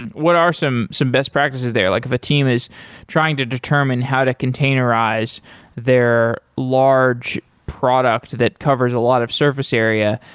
what are some some best practices there? like if a team is trying to determine how to containerize their large product that covers a lot of surface area,